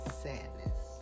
sadness